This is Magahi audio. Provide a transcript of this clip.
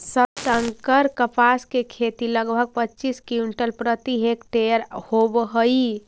संकर कपास के खेती लगभग पच्चीस क्विंटल प्रति हेक्टेयर होवऽ हई